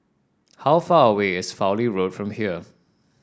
how far away is Fowlie Road from here